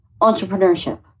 entrepreneurship